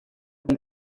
إلى